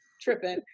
tripping